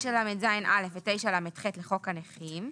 9לז(א) ו-9לח(א) לחוק הנכים,